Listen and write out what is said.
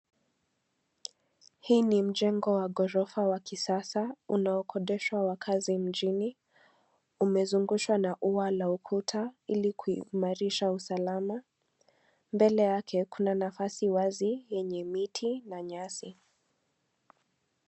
Hii ni mjengo wa ghorofa wa kisasa unaokodeshwa wakaazi mjini. Umezungushwa na ua la ukuta ili kuimarisha usalama mbele yake kuna nafasi wazi yenye miti na nyasi.